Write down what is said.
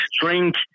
drink